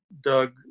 Doug